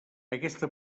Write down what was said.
aquesta